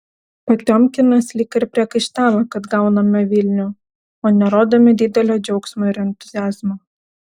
potiomkinas lyg ir priekaištavo kad gauname vilnių o nerodome didelio džiaugsmo ir entuziazmo